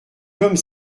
comme